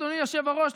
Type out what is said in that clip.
אדוני היושב-ראש,